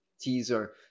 teaser